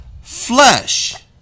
flesh